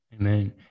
amen